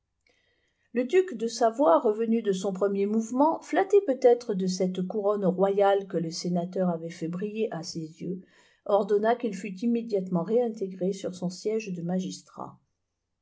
le duc de savoie revenu de son premier mouvement flatté peut-être de cette couronne royale que le sénateur avait fait briller à ses yeux ordonna qu'il fût immédiatement réintégré sur son siège de magistrat